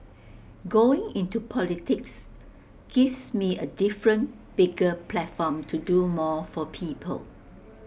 going into politics gives me A different bigger platform to do more for people